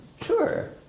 sure